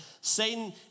Satan